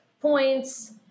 points